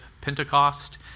Pentecost